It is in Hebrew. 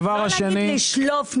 לא להגיד: לשלוף נתונים.